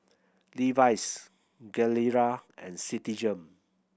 Levi's Gilera and Citigem